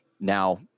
now